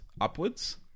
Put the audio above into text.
upwards